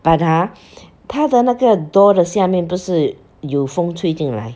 but ha 它的那个 door 的下面不是有风吹进来